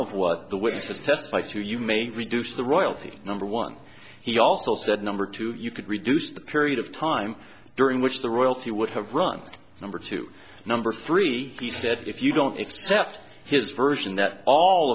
testified to you may reduce the royalty number one he also said number two you could reduce the period of time during which the royalty would have run number two number three he said if you don't accept his version that all